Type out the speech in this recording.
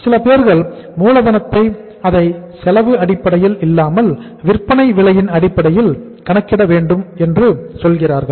சில பேர்கள் மூலதனத்தையும் அதை செலவு அடிப்படையில் இல்லாமல் விற்பனை விலையின் அடிப்படையில் கணக்கிட வேண்டும் என்று சொல்கிறார்கள்